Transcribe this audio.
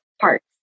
parts